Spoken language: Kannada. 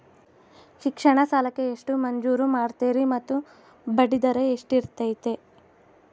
ಶಿಕ್ಷಣ ಸಾಲಕ್ಕೆ ಎಷ್ಟು ಮಂಜೂರು ಮಾಡ್ತೇರಿ ಮತ್ತು ಬಡ್ಡಿದರ ಎಷ್ಟಿರ್ತೈತೆ?